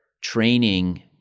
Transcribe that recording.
training